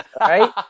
right